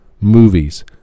Movies